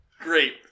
Great